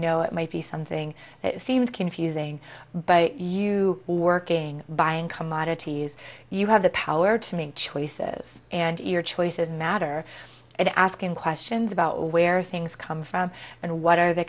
know it might be something that seems confusing but you working buying commodities you have the power to make choices and your choices matter and asking questions about where things come from and what are the